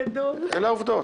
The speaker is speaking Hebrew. אלה העובדות.